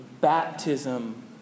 baptism